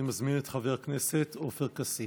אני מזמין את חבר הכנסת עופר כסיף.